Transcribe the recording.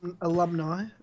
alumni